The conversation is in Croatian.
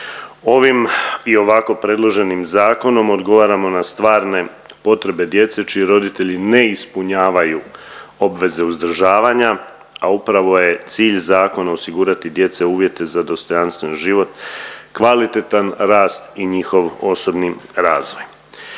Ovim i ovako predloženim zakonom odgovaramo na stvarne potrebe djece čiji roditelji ne ispunjavaju obveze uzdržavanja, a upravo je cilj zakona osigurati djeci uvjete za dostojanstven život, kvalitetan rast i njihov osobni razvoj.